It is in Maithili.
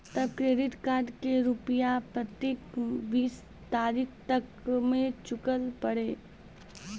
तब क्रेडिट कार्ड के रूपिया प्रतीक बीस तारीख तक मे चुकल पड़ी?